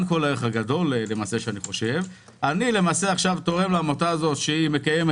אני עכשיו תורם לעמותה הזו שמקיימת